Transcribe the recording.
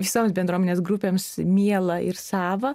visoms bendruomenės grupėms mielą ir savą